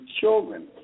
children